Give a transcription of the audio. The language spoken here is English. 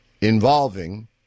involving